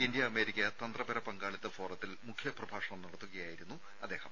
India America തന്ത്രപര പങ്കാളിത്ത ഫോറത്തിൽ മുഖ്യ പ്രഭാഷണം നടത്തുകയായിരുന്നു അദ്ദേഹം